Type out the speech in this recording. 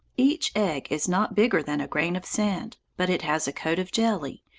each egg is not bigger than a grain of sand. but it has a coat of jelly,